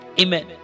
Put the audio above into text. Amen